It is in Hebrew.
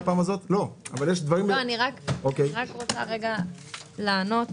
אני רוצה לענות.